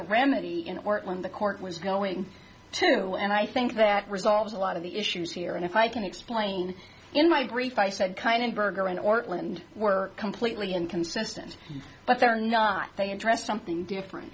the remedy in or when the court was going to and i think that resolves a lot of the issues here and if i can explain in my brief i said kind of burger in ortley and were completely inconsistent but they're not they addressed something different